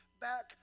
back